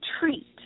treat